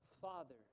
Father